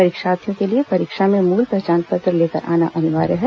परीक्षार्थियों के लिए परीक्षा में मूल पहचान पत्र लेकर आना अनिवार्य है